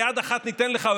ביד אחת ניתן לך,